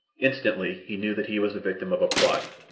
instantly he knew that he was the victim of a plot,